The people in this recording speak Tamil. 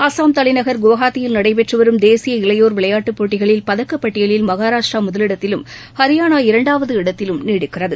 அஸ்ஸாம் தலைநகர் குவாஸாத்தியில் நடைபெற்று வரும் தேசிய இளையோர் விளையாட்டுப் போட்டிகளில் பதக்கப்பட்டியலில் மகாராஷ்டிரா முதல் இடத்திலும் ஹரியானா இரண்டாவது இடத்திலும் நீடிக்கிறது